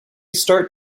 start